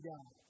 God